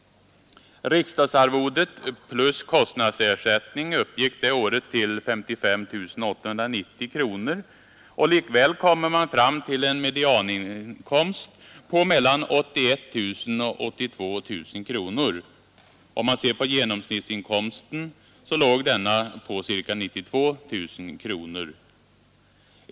Riksdagsarvodet plus kostnadsersättning uppgick det året till 55 890 kronor. Likväl kommer man fram till en medianinkomst på mellan 81 000 och 82 000 kronor. Om man ser på genomsnittsinkomsten finner man att denna låg på ca 92 000 kronor.